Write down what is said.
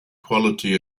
quality